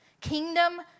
kingdom